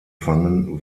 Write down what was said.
fangen